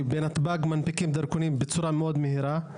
שבנתב"ג מנפיקים דרכונים בצורה מאוד מהירה,